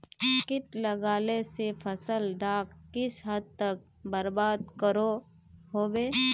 किट लगाले से फसल डाक किस हद तक बर्बाद करो होबे?